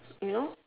you know